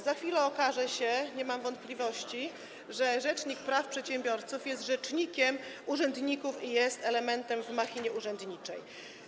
Za chwilę okaże się, nie mam wątpliwości, że rzecznik praw przedsiębiorców jest rzecznikiem urzędników i jest elementem w machinie urzędniczej.